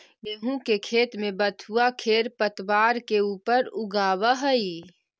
गेहूँ के खेत में बथुआ खेरपतवार के ऊपर उगआवऽ हई